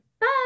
Bye